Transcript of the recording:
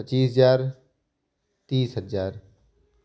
पच्चीस हज़ार तीस हज़ार